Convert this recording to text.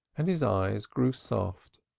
and his eyes grew soft.